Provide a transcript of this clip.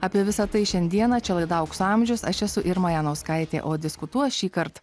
apie visa tai šiandieną čia laida aukso amžiaus aš esu irma janauskaitė o diskutuos šįkart